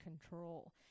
control